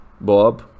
bob